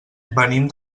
venim